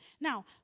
Now